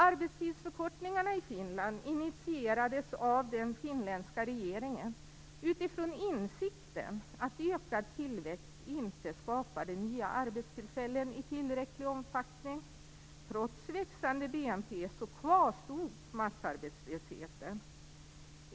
Arbetstidsförkortningarna i Finland initierades av den finländska regeringen utifrån insikten att ökad tillväxt inte skapade nya arbetstillfällen i tillräcklig omfattning. Trots växande BNP kvarstod massarbetslösheten.